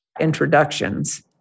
Introductions